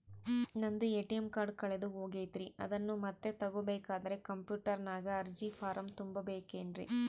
ನಂದು ATM card ಕಳೆದು ಹೋಗೈತ್ರಿ ಅದನ್ನು ಮತ್ತೆ ತಗೋಬೇಕಾದರೆ ಕಂಪ್ಯೂಟರ್ ನಾಗ ಅರ್ಜಿ ಫಾರಂ ತುಂಬಬೇಕನ್ರಿ?